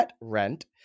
rent